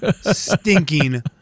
stinking